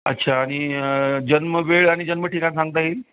अच्छा आणि जन्म वेळ आणि जन्म ठिकाण सांगता येईल